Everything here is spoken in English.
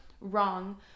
wrong